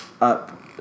up